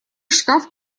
шкаф